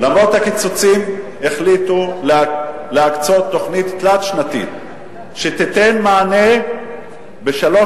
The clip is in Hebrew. החליטו להקצות תוכנית תלת-שנתית שתיתן מענה בשלוש